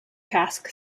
task